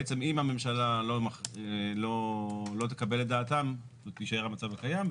בעצם אם הממשלה לא תקבל את דעתם יישאר המצב הקיים.